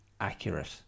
accurate